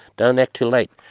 don't act too late.